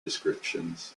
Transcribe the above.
descriptions